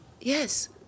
Yes